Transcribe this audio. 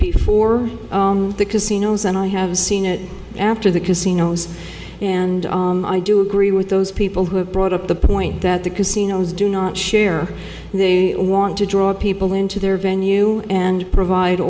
before the casinos and i have seen it after the casinos and i do agree with those people who have brought up the point that the casinos do not share and they want to draw people into their venue and provide